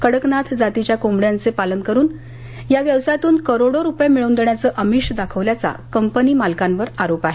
कडकनाथ जातीच्या कोंबड्यांचे पालन करुन या व्यवसायातून करोडो रुपये मिळवून देण्याचं अमिष दाखवल्याचा कंपनी मालकांवर आरोप आहे